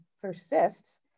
persists